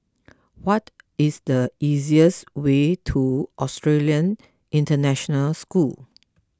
what is the easiest way to Australian International School